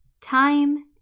Time